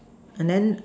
and then